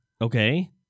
okay